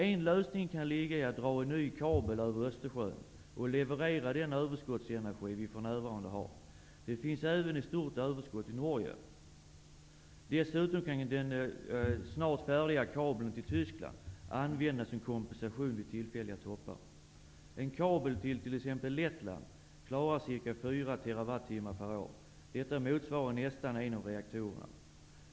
En lösning kan vara att dra en ny kabel över Östersjön och leverera den överskottsenergi som vi för närvarande har. Det finns även ett stort överskott i Norge. Dessutom kan kabeln till Tyskland, som snart blir färdig, användas som kompensation vid tillfälliga toppar. En kabel till t.ex. Lettland klarar ca 4 TWh per år, vilket motsvarar nästan en av reaktorerna.